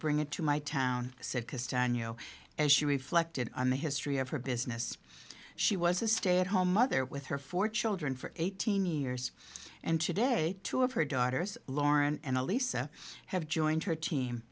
bring it to my town said christan yo as she reflected on the history of her business she was a stay at home mother with her four children for eighteen years and today two of her daughters lauren and elisa have joined her team